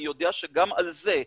אני יודע שגם על זה עובדים,